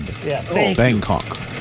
Bangkok